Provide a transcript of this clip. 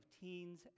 teens